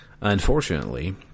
Unfortunately